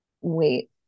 wait